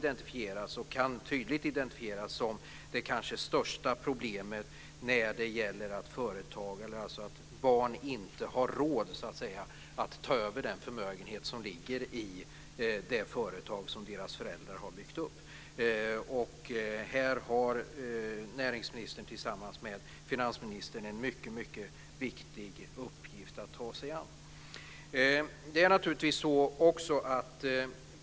De kan tydligt identifieras som det största problemet, som gör att barn inte har råd att ta över den förmögenhet som ligger i det företag deras föräldrar har byggt upp. Här har näringsministern tillsammans med finansministern en mycket viktig uppgift att ta sig an.